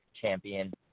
Champion